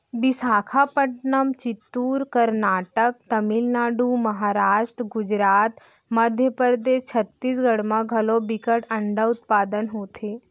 बिसाखापटनम, चित्तूर, करनाटक, तमिलनाडु, महारास्ट, गुजरात, मध्य परदेस, छत्तीसगढ़ म घलौ बिकट अंडा उत्पादन होथे